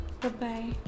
Bye-bye